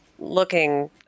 Looking